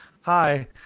Hi